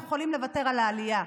אנחנו יכולים לוותר על העלייה.